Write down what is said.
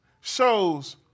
shows